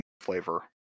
flavor